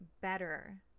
better